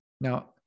Now